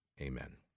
amen